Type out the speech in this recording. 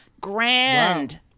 grand